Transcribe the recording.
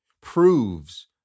proves